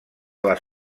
les